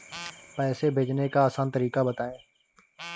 पैसे भेजने का आसान तरीका बताए?